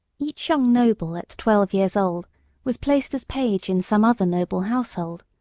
each young noble at twelve years old was placed as page in some other noble household.